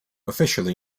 officially